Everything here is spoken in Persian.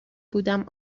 بودم